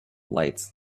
lights